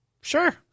sure